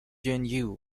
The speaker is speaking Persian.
gen